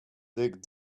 dig